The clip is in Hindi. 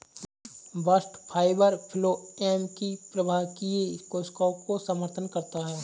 बास्ट फाइबर फ्लोएम की प्रवाहकीय कोशिकाओं का समर्थन करता है